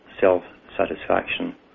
self-satisfaction